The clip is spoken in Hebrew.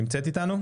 תודה.